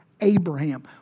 Abraham